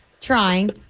trying